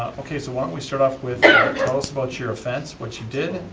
okay, so why don't we start off with, tell us about your offense, what you did,